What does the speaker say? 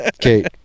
Kate